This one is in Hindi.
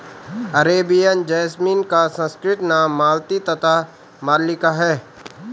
अरेबियन जैसमिन का संस्कृत नाम मालती तथा मल्लिका है